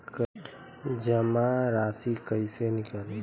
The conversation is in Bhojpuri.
जमा राशि कइसे निकली?